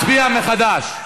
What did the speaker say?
הצבענו.